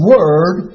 Word